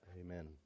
Amen